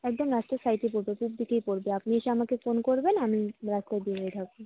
একদম লাস্টের সাইডে পড়বে পুব দিকেই পড়বে আপনি এসে আমাকে ফোন করবেন আমি রাস্তায় বেরিয়ে থাকবো